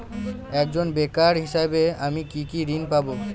একজন বেকার হিসেবে আমি কি কি ঋণ পাব?